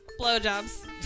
Blowjobs